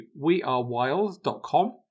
wearewild.com